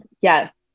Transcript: Yes